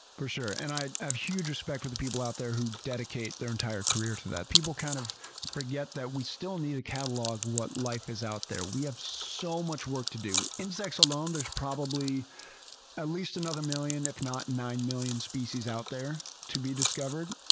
for sure. and i have huge respect for the people out there who dedicate their entire career to that. people kind of forget that we still need a catalog of what life is out there. we have so much work to do. insects alone, there's probably at least another million, if not nine million species out there to be discovered.